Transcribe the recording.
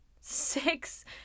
six